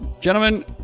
Gentlemen